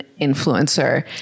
influencer